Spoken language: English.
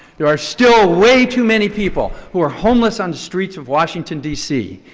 there are still way too many people who are homeless on the streets of washington, d c,